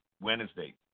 wednesday